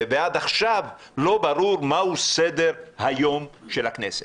ועד עכשיו לא ברור מהו סדר היום של הכנסת.